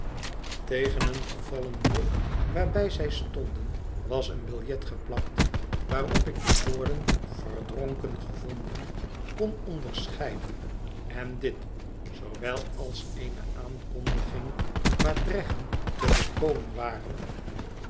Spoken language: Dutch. tegen een vervallen muur waarbij zij stonden was een biljet geplakt waarop ik de woorden verdronken gevonden kon onderscheiden en dit zoowel als eene aankondiging waar dreggen te bekomen waren